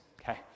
Okay